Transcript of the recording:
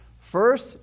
First